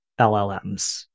LLMs